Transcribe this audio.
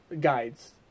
guides